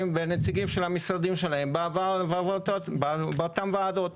ונציגים של המשרדים שלהם באותן ועדות.